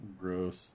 Gross